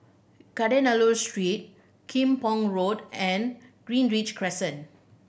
Kadayanallur Street Kim Pong Road and Greenridge Crescent